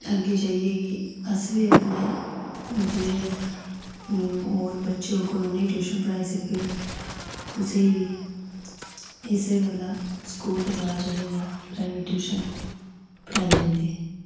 अग्गै जाइयै बी अस बी अपने जेह्ड़े होर बच्चे होङन ट्यूशन पढ़ाई सकचै कुसैगी इस्सै गल्लै स्कूल दे बाद जेह्ड़े तां ऐ बी ट्यूशन पढ़ाई जंदी